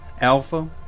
alpha